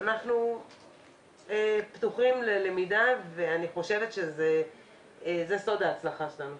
אנחנו פתוחים ללמידה ואני חושבת שזה סוד ההצלחה שלנו,